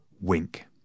wink